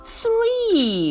three